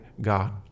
God